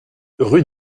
rue